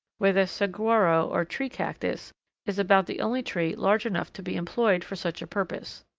where the saguaro or tree cactus is about the only tree large enough to be employed for such a purpose.